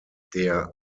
der